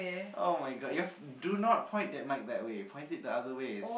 [oh]-my-god your do not point that mic that Way Point it the other way